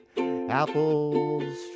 apples